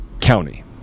county